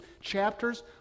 chapters